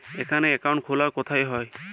এখানে অ্যাকাউন্ট খোলা কোথায় হয়?